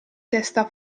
testa